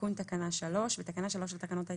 תיקון תקנה 3 בתקנה 3 לתקנות העיקריות,